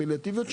הפליאטיביות.